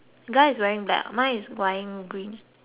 mine is wearing green